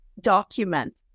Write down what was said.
document